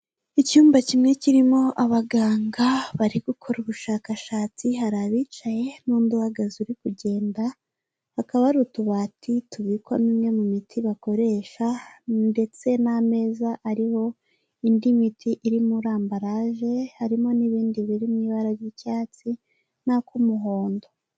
Icyumba kimwe kirimo abaganga bari gukora ubushakashatsi, hari abicaye n'undi uhagaze uri kugenda. Hakaba hari utubati tubikwamwo imiti bakoresha, ndetse n'ameza ariho indi miti iri muri ambarage , harimo n'ibindi biri mui ibara ry'icyatsi n'ak'umuhondo